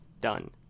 Done